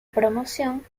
promoción